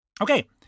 Okay